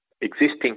existing